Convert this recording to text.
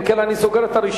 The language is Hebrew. אם כן, אני סוגר את הרשימה.